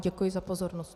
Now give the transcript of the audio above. Děkuji vám za pozornost.